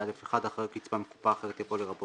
- היוון קצבה על ידי